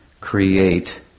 create